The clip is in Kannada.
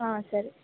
ಹಾಂ ಸರಿ